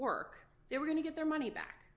work they were going to get their money back